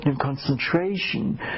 concentration